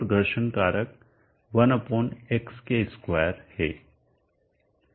यह घर्षण कारक है